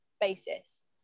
basis